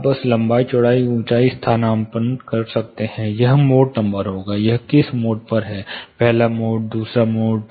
अब आप लंबाई चौड़ाई और ऊंचाई स्थानापन्न कर सकते हैं यह मोड नंबर होगा यह किस मोड पर है पहला मोड दूसरा मोड